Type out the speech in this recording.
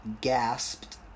gasped